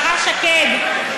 השרה שקד,